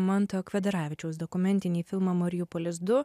manto kvedaravičiaus dokumentinį filmą mariupolis du